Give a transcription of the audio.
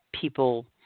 people